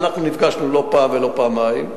ואנחנו נפגשנו לא פעם ולא פעמיים,